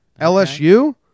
lsu